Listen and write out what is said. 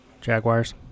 Jaguars